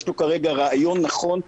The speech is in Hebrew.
יש לו כרגע רעיון נכון,